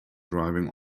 driving